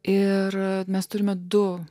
ir mes turime du